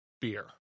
beer